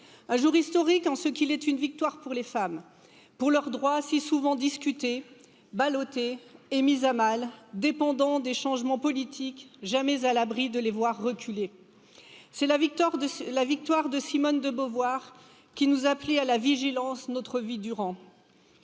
un jour historique en ce qu'il est une victoire pour les femmes pour leurs droits si souvent discutés ballottés et mis à mal dépendant des changements politiques jamais à l'abri de les voir reculer c'est la victoire la victoire de simone de beauvoir qui nous appelait à la vigilance de notre vie durant